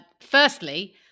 firstly